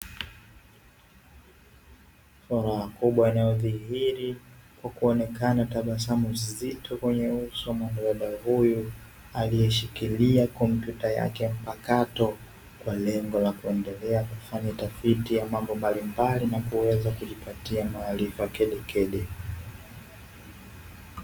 Furaha kubwa inayodhihiri kwa kuonekana tabasamu zito kwenye sura ya mwanadada huyu, aliyeshikilia kompyuta yake mpakato kwa lengo la kuendelea kufanya tafiti ya mambo mbalimbali na kuweza kujipatia maarifa kedekede.